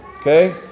Okay